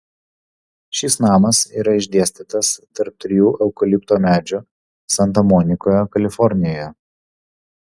šis namas yra išdėstytas tarp trijų eukalipto medžių santa monikoje kalifornijoje